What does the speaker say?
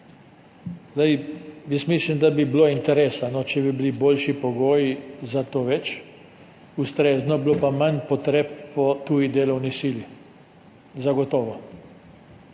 Jaz mislim, da bi bilo interesa, če bi bili boljši pogoji za to, več, ustrezno bi bilo pa manj potreb po tuji delovni sili, zagotovo.